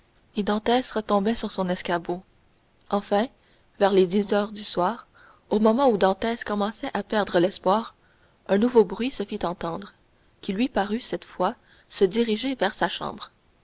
et dantès retombait sur son escabeau enfin vers les dix heures du soir au moment où dantès commençait à perdre l'espoir un nouveau bruit se fit entendre qui lui parut cette fois se diriger vers sa chambre